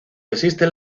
existen